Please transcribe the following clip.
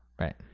Right